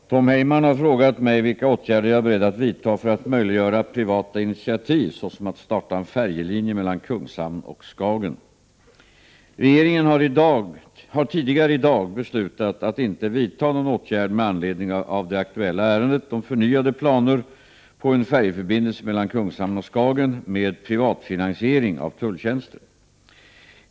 Herr talman! Tom Heyman har frågat mig vilka åtgärder jag är beredd att vidta för att möjliggöra privata initiativ, såsom att starta en färjelinje mellan Kungshamn och Skagen. Regeringen har tidigare i dag beslutat att inte vidta någon åtgärd med anledning av det aktuella ärendet om förnyade planer på en färjeförbindelse mellan Kungshamn och Skagen med privatfinansiering av tulltjänster.